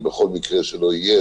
בכל מקרה שלא יהיה,